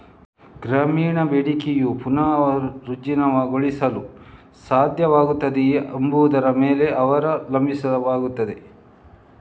ಗ್ರಾಮೀಣ ಬೇಡಿಕೆಯನ್ನು ಪುನರುಜ್ಜೀವನಗೊಳಿಸಲು ಸಾಧ್ಯವಾಗುತ್ತದೆಯೇ ಎಂಬುದರ ಮೇಲೆ ಅವಲಂಬಿತವಾಗಿರುತ್ತದೆ